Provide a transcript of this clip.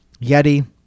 Yeti